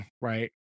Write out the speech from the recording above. right